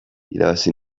irabazi